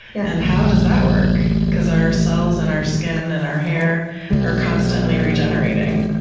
yeah and how does that work? because our cells in our skin and our hair are constantly regenerating.